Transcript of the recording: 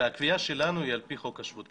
והקביעה שלנו היא על פי חוק השבות,